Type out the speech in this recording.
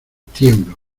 tiemblo